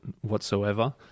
whatsoever